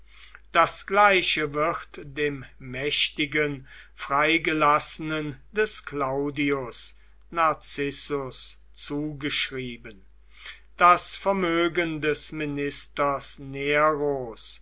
das gleiche wird dem mächtigen freigelassenen des claudius narcissus zugeschrieben das vermögen des ministers